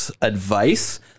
advice